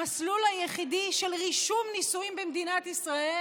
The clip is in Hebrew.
המסלול היחיד של רישום נישואים במדינת ישראל